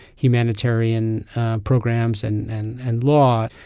humanitarian programs and and and law.